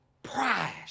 Price